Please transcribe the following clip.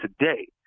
today